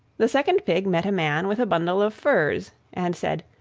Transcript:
the second pig met a man with a bundle of furze, and said,